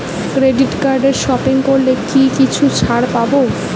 Credit কার্ডে shopping করলে কি কিছু ছাড় পাব?